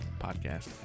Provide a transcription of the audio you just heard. podcast